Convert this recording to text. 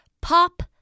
Pop